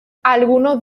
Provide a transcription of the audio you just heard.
algunos